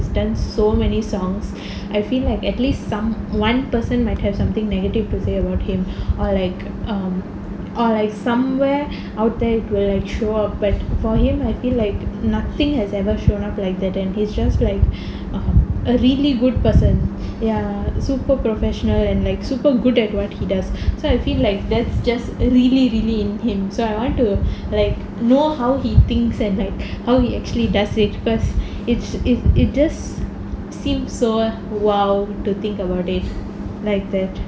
he's done so many songs I feel like at least some one person might have something negative to say about him or like um or like somewhere out there will like show but for him I feel like nothing has ever shown up like that and he's just like a really good person ya super professional and like super good at what he does so I feel like that's just really really in him so I want to like know how he thinks and like how he actually does it because it's it just seem so !wow! to think about it like that